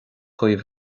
daoibh